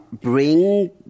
bring